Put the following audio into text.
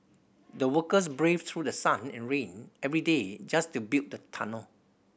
the workers braved through the sun and rain every day just to build the tunnel